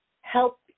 help